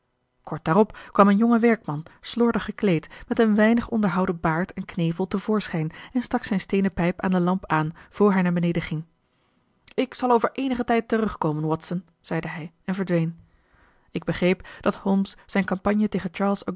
kort daarop kwam een jonge werkman slordig gekleed met een weinig onderhouden baard en knevel te voorschijn en stak zijn steenen pijp aan de lamp aan voor hij naar beneden ging ik zal over eenigen tijd terugkomen watson zeide hij en verdween ik begreep dat holmes zijn campagne tegen